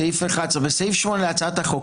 סעיף 10. בסעיף 8 להצעת החוק,